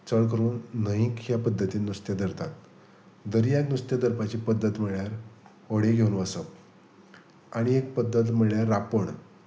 चड करून न्हंयक ह्या पद्दतीन नुस्तें धरतात दर्याक नुस्तें धरपाची पद्दत म्हळ्यार होडी घेवन वसप आनी एक पद्दत म्हळ्यार रापण